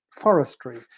forestry